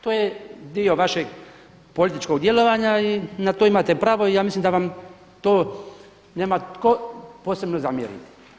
To je dio vašeg političkog djelovanja i na tome imate pravo i ja mislim da vam to nema tko posebno zamjeriti.